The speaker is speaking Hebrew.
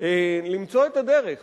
למצוא את הדרך